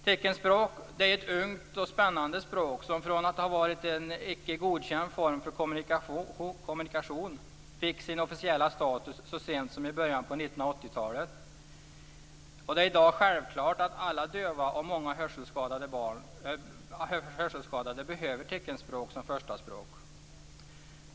Teckenspråket är ett ungt och spännande språk, som från att ha varit en icke godkänd form för kommunikation fick sin officiella status så sent som i början på 1980-talet. Det är i dag självklart att alla döva och många hörselskadade behöver teckenspråk som första språk.